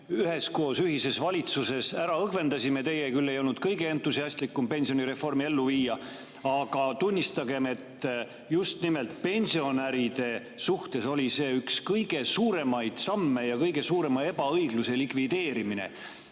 üheskoos ühises valitsuses ära õgvendasime. Teie küll ei olnud kõige entusiastlikum pensionireformi elluviija, aga tunnistagem, et just nimelt pensionäride suhtes oli see üks kõige suuremaid samme ja kõige suurema ebaõigluse likvideerimine,